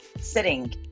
sitting